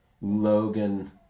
Logan